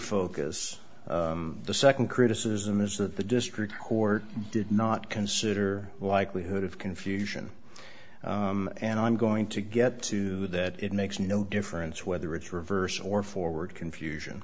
focus of the second criticism is that the district court did not consider the likelihood of confusion and i'm going to get to that it makes no difference whether it's reverse or forward